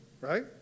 right